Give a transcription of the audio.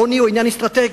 העוני הוא עניין אסטרטגי.